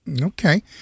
Okay